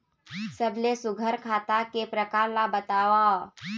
सबले सुघ्घर खाता के प्रकार ला बताव?